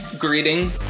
Greeting